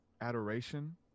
adoration